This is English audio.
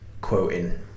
quoting